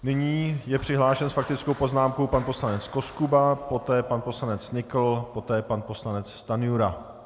Nyní je přihlášen s faktickou poznámkou pan poslanec Koskuba, poté pan poslanec Nykl, poté pan poslanec Stanjura.